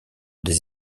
des